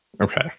Okay